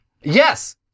Yes